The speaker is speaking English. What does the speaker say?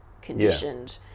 conditioned